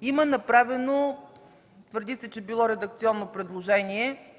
има направено – твърди се, че било редакционно предложение,